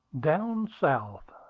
down south,